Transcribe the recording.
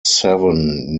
seven